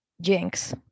Jinx